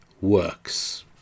works